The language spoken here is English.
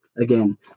again